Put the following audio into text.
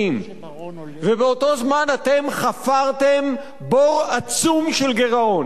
ובאותו זמן חפרתם בור עצום של גירעון.